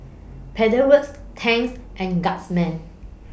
Pedal Works Tangs and Guardsman